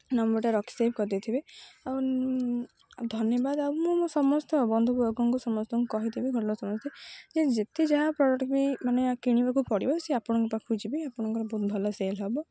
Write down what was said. ନମ୍ବର୍ଟା ରଖି ସେଭ୍ କରିଦେଇଥିବେ ଆଉ ଧନ୍ୟବାଦ ଆଉ ମୁଁ ମୁଁ ସମସ୍ତ ବନ୍ଧୁ ବର୍ଗଙ୍କୁ ସମସ୍ତଙ୍କୁ କହିଦେବି ଘର ଲୋକ ସମସ୍ତେ ଯେ ଯେତେ ଯାହା ପ୍ରଡ଼କ୍ଟ ବି ମାନେ କିଣିବାକୁ ପଡ଼ିବ ସେ ଆପଣଙ୍କ ପାଖକୁ ଯିବେ ଆପଣଙ୍କର ବହୁତ ଭଲ ସେଲ୍ ହେବ